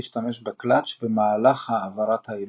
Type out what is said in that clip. להשתמש בקלאץ' במהלך העברת הילוך.